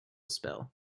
spill